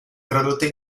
tradotte